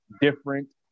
different